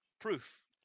Proof